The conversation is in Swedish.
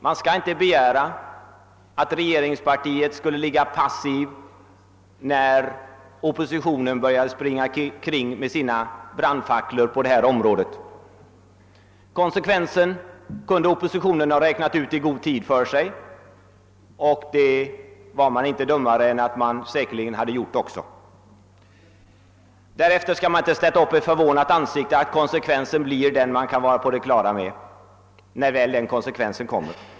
Man kunde inte begära att regeringspartiet skulle vara passivt när oppositionen började springa omkring med sina brandfacklor på detta sätt. Konsekvensen kunde oppositionen ha räknat ut i god tid, och den var säkerligen inte heller dummare än att den också gjorde det. Sedan skall man inte sätta upp ett förvånat ansikte när konsekvenserna blir som de blir.